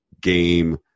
game